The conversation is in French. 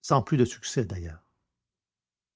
sans plus de succès d'ailleurs